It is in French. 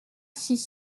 six